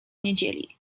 niedzieli